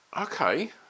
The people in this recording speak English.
okay